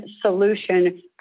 solution